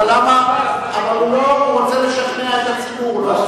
אבל הוא רוצה לשכנע את הציבור.